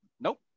nope